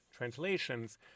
translations